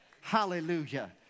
Hallelujah